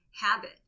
habit